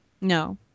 No